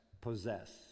possess